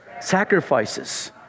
sacrifices